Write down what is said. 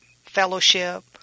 fellowship